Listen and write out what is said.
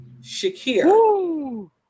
shakir